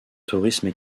tourisme